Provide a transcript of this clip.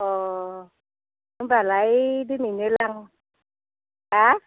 अह होमबालाय दिनैनो लां हा